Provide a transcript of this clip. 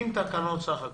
70 תקנות בסך הכול.